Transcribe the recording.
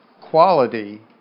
quality